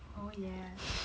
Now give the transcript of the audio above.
oh ya